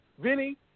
Vinny